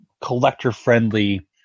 collector-friendly